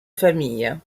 famille